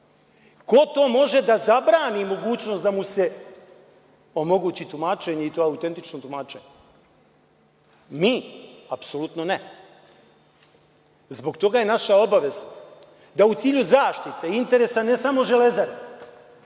Ko to može da zabrani mogućnost da mu se omogući tumačenje i to autentično tumačenje? Mi, apsolutno ne. Zbog toga je naša obaveza da u cilju zaštite interesa ne samo „Železare“,